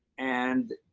and,